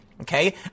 Okay